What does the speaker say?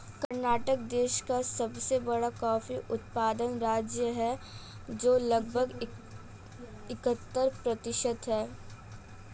कर्नाटक देश का सबसे बड़ा कॉफी उत्पादन राज्य है, जो लगभग इकहत्तर प्रतिशत है